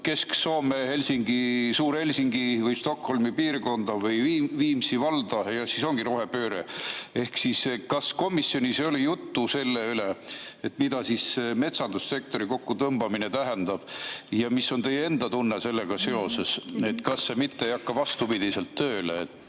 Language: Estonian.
Kesk-Soome, Suur‑Helsingi või Stockholmi piirkonda või Viimsi valda. Ja siis ongi rohepööre. Kas komisjonis oli juttu sellest, mida see metsandussektori kokkutõmbamine tähendab? Ja mis on teie enda tunne sellega seoses? Kas see mitte ei hakka vastupidiselt tööle,